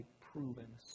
proven